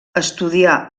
estudià